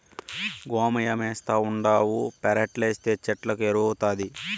గోమయమేస్తావుండావు పెరట్లేస్తే చెట్లకు ఎరువౌతాది